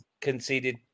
conceded